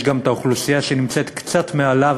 יש גם האוכלוסייה שנמצאת קצת מעליו,